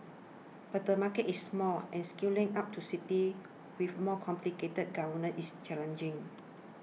but the market is small and scaling out to cities with more complicated governor is challenging